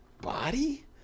body